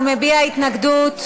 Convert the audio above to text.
הוא מביע התנגדות,